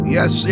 Yes